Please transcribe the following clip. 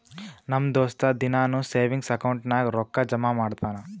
ನಮ್ ದೋಸ್ತ ದಿನಾನೂ ಸೇವಿಂಗ್ಸ್ ಅಕೌಂಟ್ ನಾಗ್ ರೊಕ್ಕಾ ಜಮಾ ಮಾಡ್ತಾನ